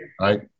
right